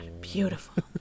beautiful